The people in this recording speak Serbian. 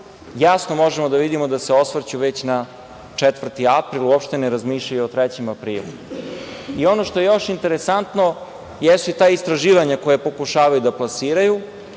jasno možemo da vidimo da se osvrću već na 4. april, uopšte ne razmišljajući o 3. aprilu. Ono što je još interesantno jesu i ta istraživanja koja pokušavaju da plasiraju,